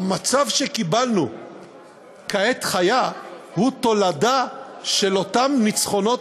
המצב שקיבלנו כעת חיה הוא תולדה של אותם ניצחונות